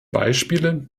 beispiele